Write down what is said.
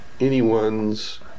anyone's